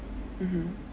mmhmm